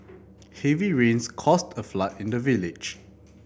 heavy rains caused a flood in the village